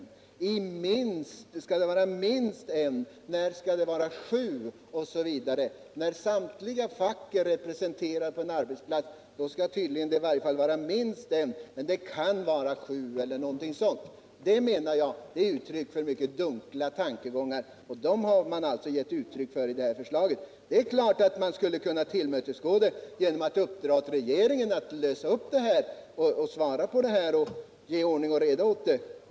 När skall det vara minst en, och när skall det vara sju förvaltare? Då samtliga fack är representerade på en arbetsplats skall det tydligen vara minst ytterligare en förvaltare, men det kan också bli t.ex. sju. Detta menar jag är ett utslag av mycket dunkla tankegångar, och dem har man alltså givit uttryck för i detta yrkande. Det är klart att man skulle kunna tillmötesgå yrkandet genom att uppdra åt regeringen att lösa upp detta och ge svar på dessa frågor och därmed skapa en rimlig ordning.